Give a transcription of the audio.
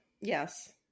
Yes